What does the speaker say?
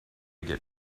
get